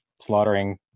slaughtering